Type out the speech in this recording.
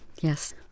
yes